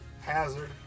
Hazard